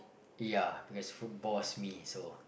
ya because food bores me so